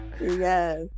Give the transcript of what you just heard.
Yes